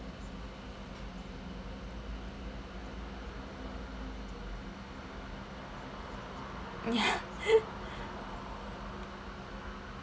ya